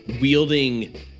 wielding